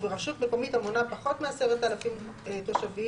וברשות מקומית המונה פחות מ־10,000 תושבים,